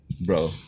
Bro